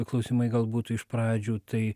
klausimai galbūt iš pradžių tai